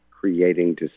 Creating